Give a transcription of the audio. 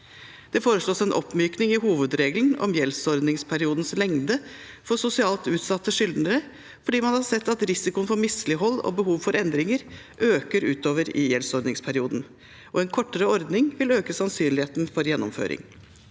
Det foreslås en oppmykning i hovedregelen om gjeldsordningsperiodens lengde for sosialt utsatte skyldnere fordi man har sett at risikoen for mislighold og behov for endringer øker utover i gjeldsordningsperioden. En kortere ordning vil øke sannsynligheten for gjennomføring.